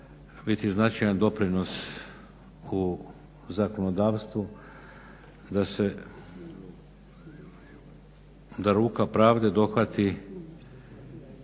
biti značajan doprinos u zakonodavstvu da ruka pravde dohvati